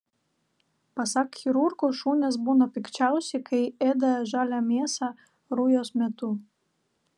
pasak chirurgo šunys būna pikčiausi kai ėda žalią mėsą rujos metu